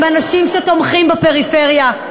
הם אנשים שתומכים בפריפריה.